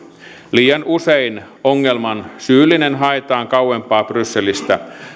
liian usein ongelman syyllinen haetaan kauempaa brysselistä